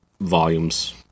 volumes